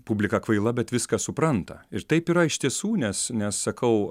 publika kvaila bet viską supranta ir taip yra iš tiesų nes nes sakau